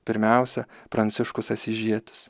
pirmiausia pranciškus asyžietis